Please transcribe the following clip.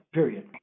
Period